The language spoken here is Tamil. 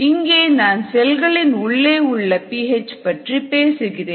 இங்கே நான் செல்களின் உள்ளே உள்ள பி ஹெச் பற்றி பேசுகிறேன்